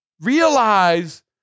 realize